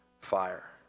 fire